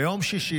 ביום שישי,